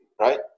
right